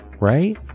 right